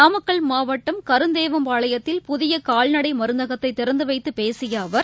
நாமக்கல் மாவட்டம் கருந்தேவம்பாளையத்தில் புதிய கால்நடை மருந்தகத்தை திறந்துவைத்து பேசிய அவர்